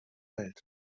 welt